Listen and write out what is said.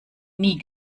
nie